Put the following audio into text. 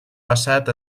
passat